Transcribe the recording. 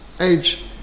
age